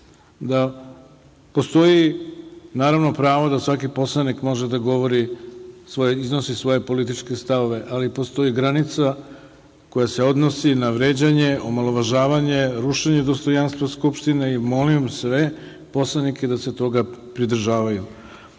da postoji naravno pravo da svaki poslanik može da govori, iznosi svoje političke stavove, ali postoji granica koja se odnosi na vređanje, omalovažavanje, rušenje dostojanstva Skupštine i molim sve poslanike da se toga pridržavaju. Po